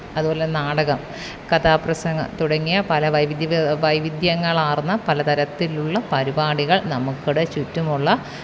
അതുപോലെ നാടകം കഥാപ്രസംഗം തുടങ്ങിയ പല വൈവിധ്യം വൈവിധ്യങ്ങളാര്ന്ന പലതരത്തിലുള്ള പരിപാടികള് നമുക്കടെ ചുറ്റുമുള്ള